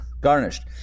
garnished